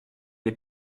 les